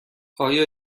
آیا